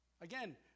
again